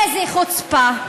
איזו חוצפה.